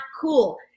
cool